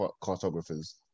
cartographers